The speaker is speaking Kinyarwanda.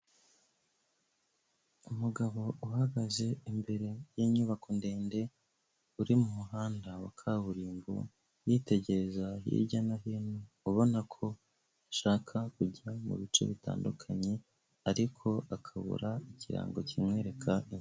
Umugabo uhagaze imbere y'inyubako ndende, uri mu muhanda wa kaburimbo, yitegereza hirya no hino, ubona ko ashaka kujya mu bice bitandukanye, ariko akabura ikirango kimwereka.